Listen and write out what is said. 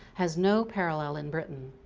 has no parallel in britain.